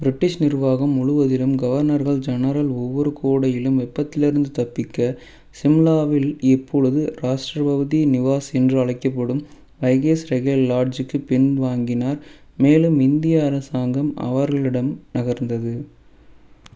British நிர்வாகம் முழுவதிலும் கவர்னர்கள் ஜெனரல் ஒவ்வொரு கோடையிலும் வெப்பத்துலிருந்து தப்பிக்க சிம்லாவில் இப்பொழுது ராஷ்டிராபதி நிவாஸ் என்று அழைக்கப்படும் வைஸ் ரேகல் லாட்ஜிற்கு பின்வாங்கினார் மேலும் இந்திய அரசாங்கம் அவர்களிடம் நகர்ந்தது